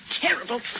terrible